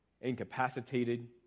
incapacitated